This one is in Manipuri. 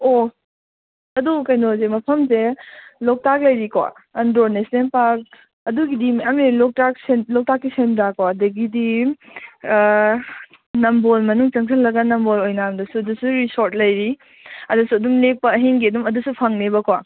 ꯑꯣ ꯑꯗꯨ ꯀꯩꯅꯣꯁꯦ ꯃꯐꯝꯁꯦ ꯂꯣꯛꯇꯥꯛ ꯂꯩꯔꯤꯀꯣ ꯑꯟꯗ꯭ꯔꯣ ꯅꯦꯁꯅꯦꯜ ꯄꯥꯔꯛ ꯑꯗꯨꯒꯤꯗꯤ ꯃꯌꯥꯝ ꯂꯩ ꯂꯣꯛꯇꯥꯛ ꯂꯣꯛꯇꯥꯛꯀꯤ ꯁꯦꯟꯗ꯭ꯔꯥꯀꯣ ꯑꯗꯒꯤꯗꯤ ꯅꯝꯕꯣꯜ ꯃꯅꯨꯡ ꯆꯪꯁꯤꯜꯂꯒ ꯅꯝꯕꯣꯜ ꯑꯣꯏꯅꯥꯝꯗꯁꯨ ꯑꯗꯨꯁꯨ ꯔꯤꯁꯣꯔꯠ ꯂꯩꯔꯤ ꯑꯗꯨꯁꯨ ꯑꯗꯨꯝ ꯂꯦꯛꯄ ꯑꯍꯤꯡꯒꯤ ꯑꯗꯨꯝ ꯑꯗꯨꯁꯨ ꯐꯪꯅꯦꯕꯀꯣ